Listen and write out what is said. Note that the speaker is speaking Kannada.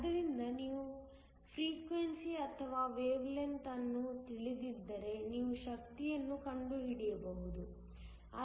ಆದ್ದರಿಂದ ನೀವು ಫ್ರೀಕ್ವೆನ್ಸಿ ಅಥವಾ ವೇವ್ ಲೆಂಥ್ ಅನ್ನು ತಿಳಿದಿದ್ದರೆ ನೀವು ಶಕ್ತಿಯನ್ನು ಕಂಡುಹಿಡಿಯಬಹುದು